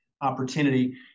opportunity